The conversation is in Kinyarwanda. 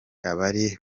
abari